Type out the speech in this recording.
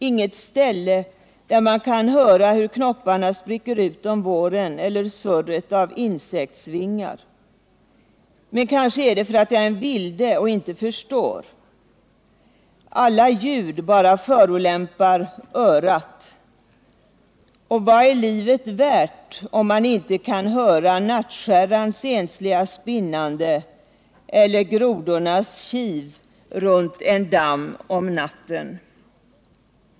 Inget ställe där man kan höra hur knopparna spricker ut om våren, eller surret av insektsvingar. Men kanske är det för att jag är en vilde och inte förstår. Alla ljud bara förolämpar örat. Och vad är livet värt om man inte kan höra nattskärrans ensliga spinnande eller grodornas kiv runt en damm om natten?